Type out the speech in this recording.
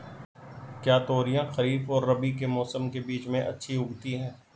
क्या तोरियां खरीफ और रबी के मौसम के बीच में अच्छी उगती हैं?